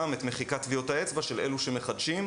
את מחיקת טביעות האצבע של אלו שמחדשים.